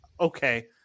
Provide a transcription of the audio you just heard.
okay